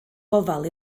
gofal